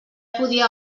podia